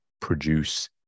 produce